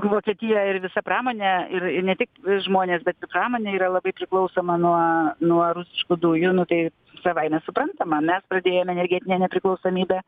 vokietija ir visa pramonė ir ir ne tik žmonės bet pramonė yra labai priklausoma nuo nuo rusiškų dujų nu tai savaime suprantama mes pradėjome energetinę nepriklausomybę